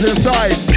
inside